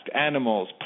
animals